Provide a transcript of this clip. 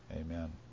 Amen